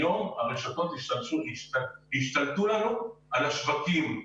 היום הרשתות השתלטו לנו על השווקים.